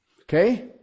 Okay